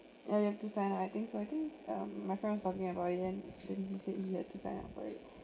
and you have to sign right I think so I think um my friend was talking about it and then he said he had to sign up for it